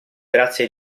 grazie